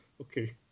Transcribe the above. Okay